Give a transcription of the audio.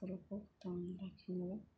बर'खौ फोथांना लाखिनो